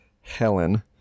Helen